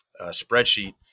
spreadsheet